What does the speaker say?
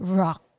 rock